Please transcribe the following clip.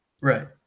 Right